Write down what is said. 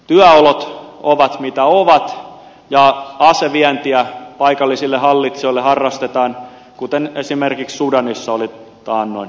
työolot ovat mitä ovat ja asevientiä paikallisille hallitsijoille harrastetaan kuten esimerkiksi sudanissa oli taannoin